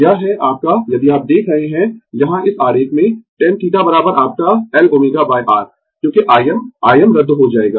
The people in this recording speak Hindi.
यह है आपका यदि आप देख रहे है यहाँ इस आरेख में tan θ आपका L ω R क्योंकि Im Im रद्द हो जाएगा